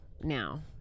now